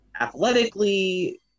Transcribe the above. athletically